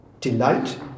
delight